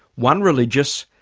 one religious,